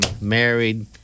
married